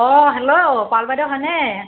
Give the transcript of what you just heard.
অঁ হেল্ল' পাল বাইদেউ হয়নে